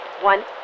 one